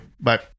bye